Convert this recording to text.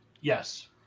Yes